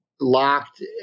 locked